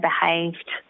behaved